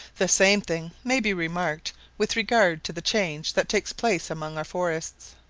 the same thing may be remarked with regard to the change that takes place among our forests.